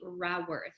Raworth